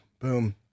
boom